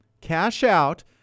cash-out